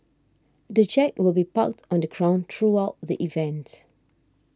the jet will be parked on the ground throughout the events